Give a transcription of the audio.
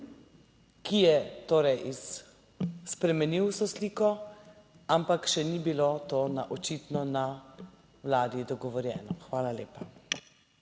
torej spremenil vso sliko, ampak še ni bilo to očitno na Vladi dogovorjeno. Hvala lepa.